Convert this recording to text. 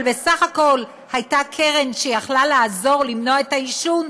אבל בסך הכול הייתה קרן שיכלה לעזור למנוע עישון,